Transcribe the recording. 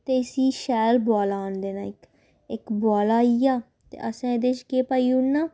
ते इसी शैल बुआला आन देना इक इक उबाला आई गेआ ते असें एह्दे च केह् पाई ओड़ना